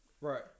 Right